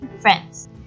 friends